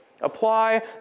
Apply